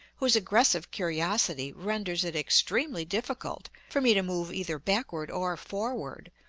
whose aggressive curiosity renders it extremely difficult for me to move either backward or forward,